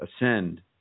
ascend